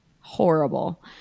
horrible